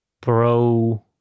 pro